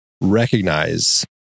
recognize